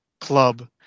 club